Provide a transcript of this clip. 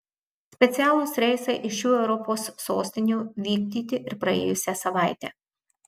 specialūs reisai iš šių europos sostinių vykdyti ir praėjusią savaitę